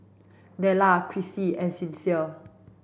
Nella Krissy and Sincere